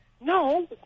No